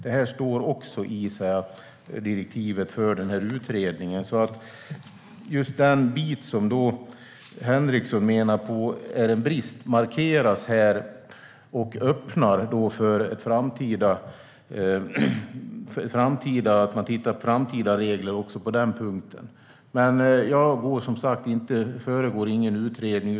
Detta står också i direktivet för denna utredning. Just det som Stig Henriksson menar är en brist markeras här och öppnar för att man tittar på framtida regler också på denna punkt. Men jag föregriper, som sagt, ingen utredning.